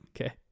Okay